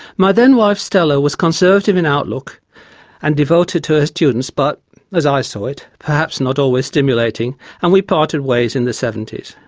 my then wife stella was conservative in outlook and devoted to her students, but as i saw it, perhaps not always stimulating and we parted ways in the seventy s.